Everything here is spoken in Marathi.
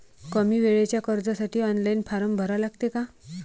कमी वेळेच्या कर्जासाठी ऑनलाईन फारम भरा लागते का?